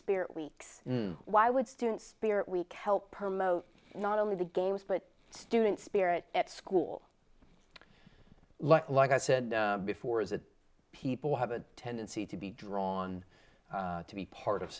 spirit weeks why would students spirit week help promote not only the games but student spirit at school like i said before is that people have a tendency to be drawn to be part of